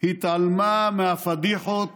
התעלמה מהפדיחות